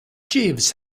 jeeves